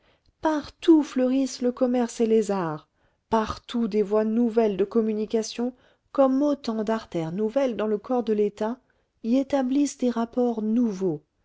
partout fleurissent le commerce et les arts partout des voies nouvelles de communication comme autant d'artères nouvelles dans le corps de l'état y établissent des rapports nouveaux